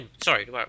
Sorry